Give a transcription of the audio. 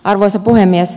arvoisa puhemies